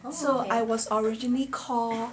so I was originally called